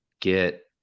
get